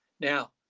now